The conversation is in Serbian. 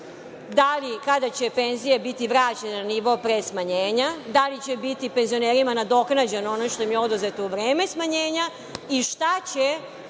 da li i kada će penzije biti vraćene na nivo pre smanjenja? Da li će biti penzionerima nadoknađeno ono što im je oduzeto u vreme smanjenja?